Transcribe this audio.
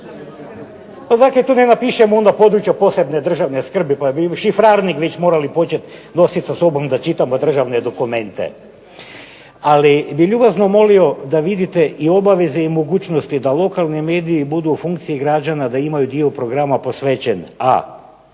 Pa zašto to ne napišemo onda područja od posebne državne skrbi, pa bi šifrarnik već morali početi nositi sa sobom da čitamo državne dokumente. Ali bih ljubazno vidio da vidite i obaveze i mogućnosti da lokalni mediji budu u funkciji građana, da imaju dio programa posvećen: